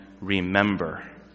remember